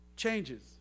changes